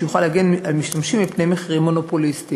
שיוכל להגן על משתמשים מפני מחירים מונופוליסטיים.